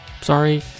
sorry